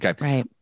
Right